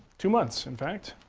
two months, in fact.